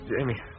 Jamie